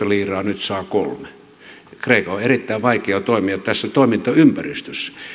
liiraa nyt saa kolmannen kreikan on erittäin vaikea toimia tässä toimintaympäristössä